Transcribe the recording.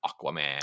Aquaman